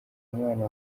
mwana